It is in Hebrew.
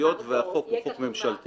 היות והחוק הוא חוק ממשלתי